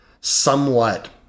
somewhat